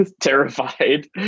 terrified